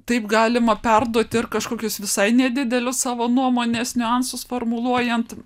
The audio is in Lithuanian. taip galima perduoti ir kažkokius visai nedidelius savo nuomonės niuansus formuluojant